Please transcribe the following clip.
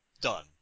done